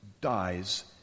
dies